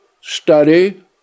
study